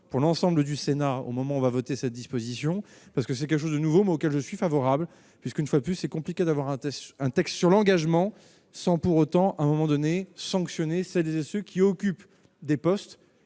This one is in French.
pour l'ensemble du Sénat au moment où on va voter cette disposition parce que c'est quelque chose de nouveau mot qu'elle le suis favorable puisqu'une fois de plus c'est compliqué d'avoir un test, un texte sur l'engagement sans pour autant à un moment donné, sanctionné, c'est déjà ceux qui occupent des postes